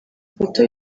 ifoto